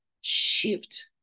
shift